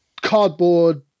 cardboard